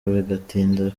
bigatinda